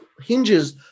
hinges